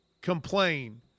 complain